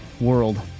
world